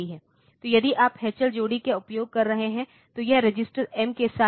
तो यदि आप एचएल जोड़ी का उपयोग कर रहे हैं तो यह रजिस्टर M के साथ है